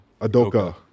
Adoka